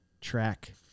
track